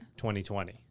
2020